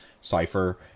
cipher